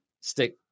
stick